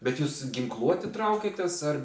bet jūs ginkluoti traukėtės ar